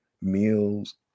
meals